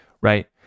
right